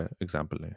example